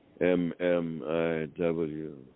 M-M-I-W